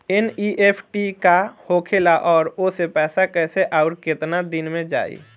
NEFT का होखेला और ओसे पैसा कैसे आउर केतना दिन मे जायी?